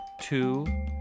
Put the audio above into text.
two